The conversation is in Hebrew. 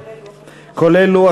נתקבל.